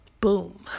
Boom